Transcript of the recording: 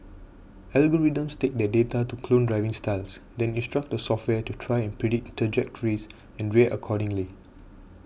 algorithms take that data to clone driving styles then instruct the software to try and predict trajectories and react accordingly